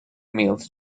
meals